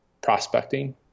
prospecting